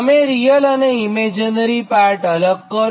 તમે રીયલ અને imaginary part અલગ કરો